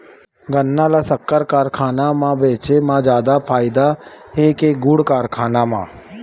गन्ना ल शक्कर कारखाना म बेचे म जादा फ़ायदा हे के गुण कारखाना म?